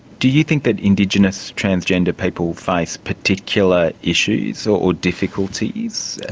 do you think that indigenous transgender people face particular issues so or difficulties?